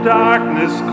darkness